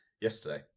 yesterday